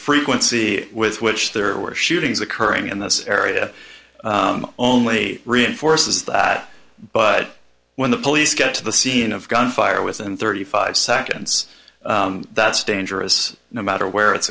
frequency with which there were shootings occurring in this area only reinforces that but when the police get to the scene of gunfire with and thirty five seconds that's dangerous no matter where it's